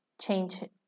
change